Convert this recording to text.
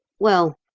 well,